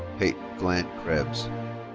paiton glenn krebs.